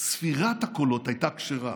הייתה כשרה,